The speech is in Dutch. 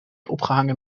opgehangen